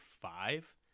five